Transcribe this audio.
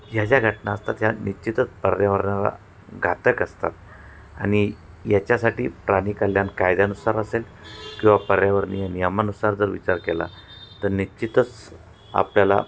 ह्या ज्या घटना असतात ह्या निश्चितच पर्यावरणाला घातक असतात आणि याच्यासाठी प्राणीकल्याण कायद्यानुसार असेल किंवा पर्यावरणीय नियमानुसार जर विचार केला तर निश्चितच आपल्याला